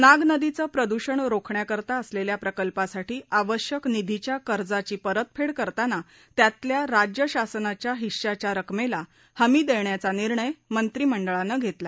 नाग नदीचे प्रदूषण रोखण्याकरता असलेल्या प्रकल्पासाठी आवश्यक निधीच्या कर्जाची परतफेड करताना त्यातल्या राज्य शासनाच्या हिश्श्याच्या रकमेला हमी देण्याचा निर्णय मंत्रिमंडळानं घेतला